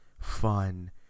fun